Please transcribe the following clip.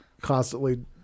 constantly